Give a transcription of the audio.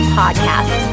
podcast